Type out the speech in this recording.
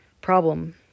problem